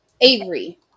Avery